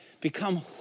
become